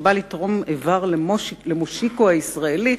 שבא לתרום איבר למושיקו הישראלי,